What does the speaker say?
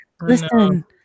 Listen